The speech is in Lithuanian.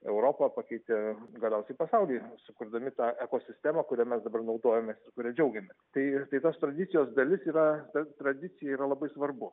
europą pakeitė galiausiai pasaulį sukurdami tą ekosistemą kuria mes dabar naudojamės ir kuria džiaugiamės tai tai tos tradicijos dalis yra ta tradicija yra labai svarbu